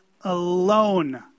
alone